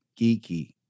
Geeky